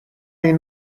این